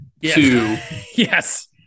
Yes